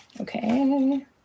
Okay